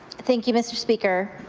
thank you, mr. speaker.